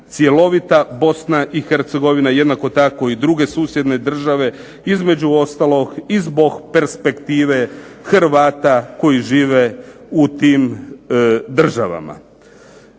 cjelovita BiH, jednako tako i druge susjedne države. Između ostalog i zbog perspektive Hrvata koji žive u tim državama.